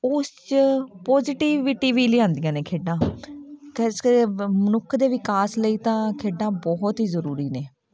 ਉਸ 'ਚ ਪੋਜੀਟਿਵਿਟੀ ਵੀ ਲਿਆਉਂਦੀਆਂ ਨੇ ਖੇਡਾਂ ਅਤੇ ਉਸ ਕਰਕੇ ਮਨੁੱਖ ਦੇ ਵਿਕਾਸ ਲਈ ਤਾਂ ਖੇਡਾਂ ਬਹੁਤ ਹੀ ਜ਼ਰੂਰੀ ਨੇ